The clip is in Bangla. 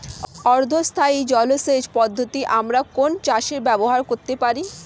অর্ধ স্থায়ী জলসেচ পদ্ধতি আমরা কোন চাষে ব্যবহার করতে পারি?